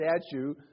statue